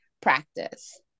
practice